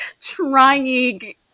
trying